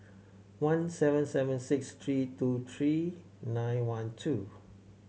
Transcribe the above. one seven seven six three two three nine one two